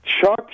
Chuck